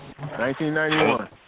1991